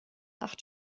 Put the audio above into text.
acht